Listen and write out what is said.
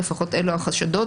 לפחות אלו החשדות.